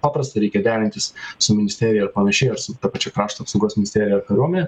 paprasta reikia derintis su ministerija ir panašiai ar su ta pačia krašto apsaugos ministerija ar kariuomene